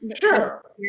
Sure